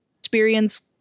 experience